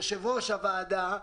יו"ר הוועדה,